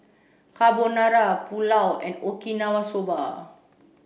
Carbonara Pulao and Okinawa soba